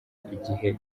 igihe